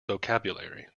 vocabulary